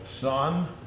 Son